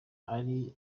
ari